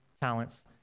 talents